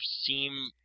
seem